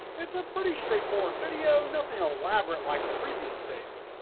it's a pretty straightforward video, nothing elaborate like the previous tapes.